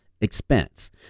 expense